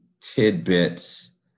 tidbits